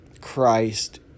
Christ